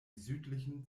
südlichen